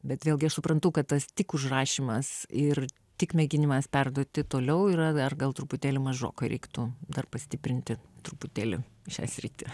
bet vėlgi aš suprantu kad tas tik užrašymas ir tik mėginimas perduoti toliau yra dar gal truputėlį mažoka reiktų dar pastiprinti truputėlį šią sritį